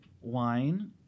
wine